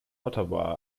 ottawa